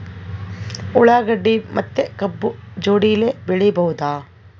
ಉಳ್ಳಾಗಡ್ಡಿ ಮತ್ತೆ ಕಬ್ಬು ಜೋಡಿಲೆ ಬೆಳಿ ಬಹುದಾ?